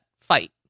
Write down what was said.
fight